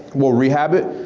we'll rehab it,